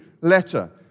letter